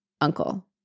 uncle